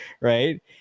right